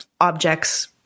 objects